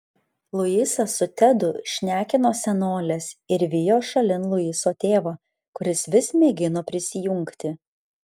luisas su tedu šnekino senoles ir vijo šalin luiso tėvą kuris vis mėgino prisijungti